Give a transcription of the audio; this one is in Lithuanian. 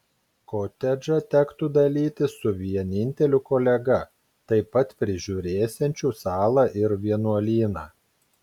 kotedžą tektų dalytis su vieninteliu kolega taip pat prižiūrėsiančiu salą ir vienuolyną